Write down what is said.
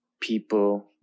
people